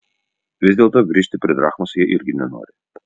vis dėlto grįžti prie drachmos jie irgi nenori